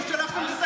קורא לך: שוב הביתה.